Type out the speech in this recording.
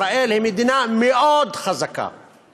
ישראל היא מדינה חזקה מאוד.